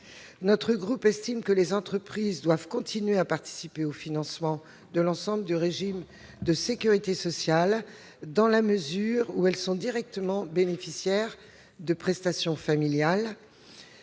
Le groupe CRCE estime que les entreprises doivent continuer à participer au financement de l'ensemble du régime de sécurité sociale, dans la mesure où elles sont directement bénéficiaires de prestations familiales.